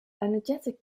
energetic